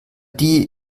die